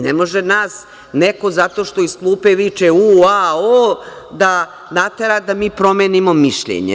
Ne može nas neko zato što iz klupe viče „Ua, o“ da natera da mi promenimo mišljenje.